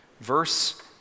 Verse